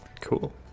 Cool